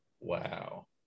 Wow